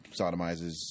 Sodomizes